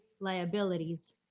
liabilities